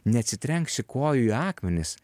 neatsitrenksi kojų į akmenis